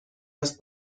است